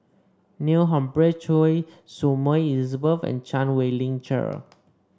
Neil Humphreys Choy Su Moi Elizabeth and Chan Wei Ling Cheryl